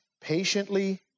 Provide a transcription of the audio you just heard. patiently